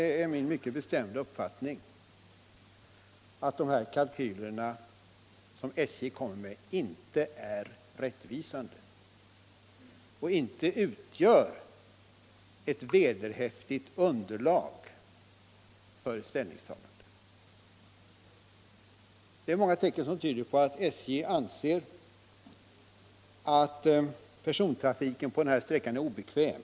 Nu är det emellertid min bestämda uppfattning att de kalkyler som SJ lagt fram inte är rättvisande och att de därför inte kan utgöra ett vederhäftigt underlag för ett ställningstagande. Många tecken tyder på att SJ anser att persontrafiken på denna sträcka är obekväm.